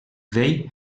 vell